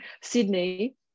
Sydney